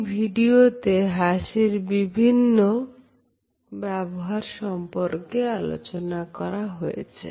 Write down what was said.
এই ভিডিওতে হাসির বিভিন্ন ব্যবহার সম্পর্কে আলোচনা করা হয়েছে